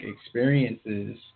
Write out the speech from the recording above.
experiences